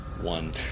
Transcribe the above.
one